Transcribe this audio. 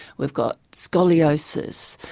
we've got scoliosis,